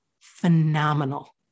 phenomenal